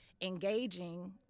engaging